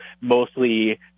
mostly